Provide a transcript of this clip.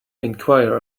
enquire